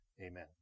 amen